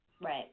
Right